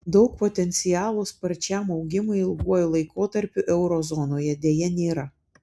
daug potencialo sparčiam augimui ilguoju laikotarpiu euro zonoje deja nėra